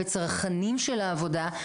וצרכנים של העבודה.